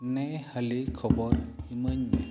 ᱱᱮ ᱦᱟᱹᱞᱤ ᱠᱷᱚᱵᱚᱨ ᱤᱢᱟᱹᱧᱢᱮ